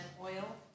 oil